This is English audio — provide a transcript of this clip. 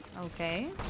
Okay